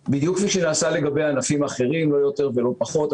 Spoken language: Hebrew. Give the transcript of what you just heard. כפי שנעשה לגבי ענפים אחרים, לא יותר ולא פחות.